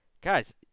Guys